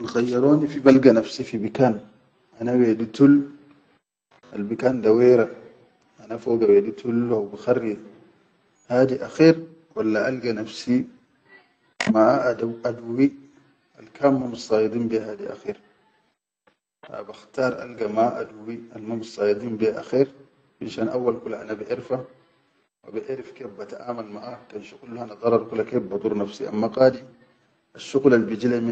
Kan khayyaroni fi balga nafsi fi bikin ana wedi tul, alnikan da wera foga wedi tul haw bikharri hadi akher walla alga be hadi akher, ha bakhtar alga maʼa aduwwi alma missayidin be akher, finshan awwal kula ana baʼerfa, wa baʼerif kef bataʼamal maʼa, kan shuqul hana darar kula kef badur nafsi, amma qadi asshuqul albiji.